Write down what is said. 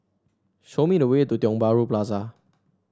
show me the way to Tiong Bahru Plaza